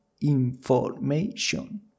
information